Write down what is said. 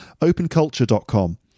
Openculture.com